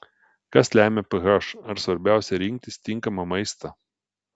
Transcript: kas lemia ph ar svarbiausia rinktis tinkamą maistą